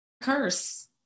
curse